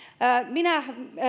minä